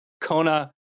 Kona